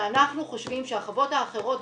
ואנחנו חושבים שהחוות האחרות,